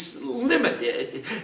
limited